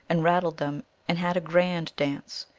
and rattled them and had a grand dance.